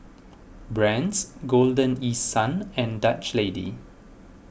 Brand's Golden East Sun and Dutch Lady